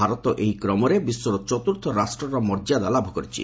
ଭାରତ ଏହି କ୍ରମରେ ବିଶ୍ୱର ଚତୁର୍ଥ ରାଷ୍ଟ୍ରର ମର୍ଯ୍ୟାଦା ଲାଭ କରିଛି